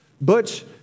Butch